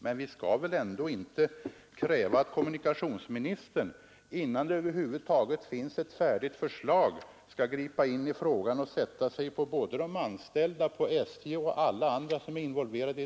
Men vi skall väl ändå inte kräva att kommunikationsministern, innan det över huvud taget finns ett färdigt förslag, skall gripa in i frågan och ”sätta sig” på både de anställda, SJ och alla andra som är involverade.